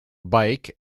bike